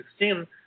2016